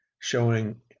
showing